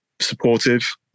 supportive